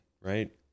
right